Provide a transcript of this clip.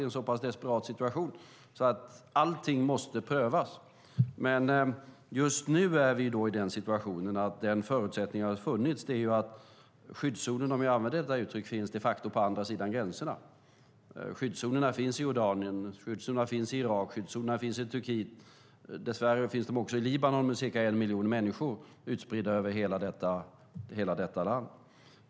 Det är en desperat situation, så allting måste prövas. Men just nu är vi i den situationen att den förutsättning som har funnits är att de facto ha skyddszonerna, om vi nu använder det uttrycket, på andra sidan gränserna. Skyddszonerna finns i Jordanien, i Irak och i Turkiet. Dess värre finns de också i Libanon, med cirka en miljon människor utspridda över hela det landet.